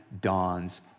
dawns